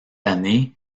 année